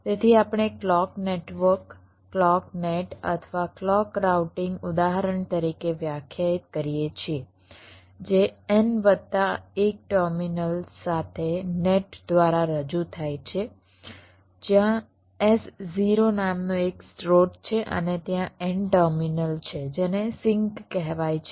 તેથી આપણે clock network clock net અથવા ક્લૉક રાઉટીંગ ઉદાહરણ તરીકે વ્યાખ્યાયિત કરીએ છીએ જે n વત્તા 1 ટર્મિનલ સાથે નેટ દ્વારા રજૂ થાય છે જ્યાં S0 નામનો એક સ્ત્રોત છે અને ત્યાં n ટર્મિનલ છે જેને સિંક કહેવાય છે